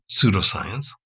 pseudoscience